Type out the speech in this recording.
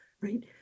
right